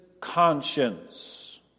conscience